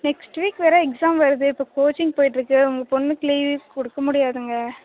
next week வேறு exam வருது இப்போ கோச்சிங் போயிகிட்டு இருக்கு உங்கள் பொண்ணுக்கு லீவ் கொடுக்க முடியாதுங்க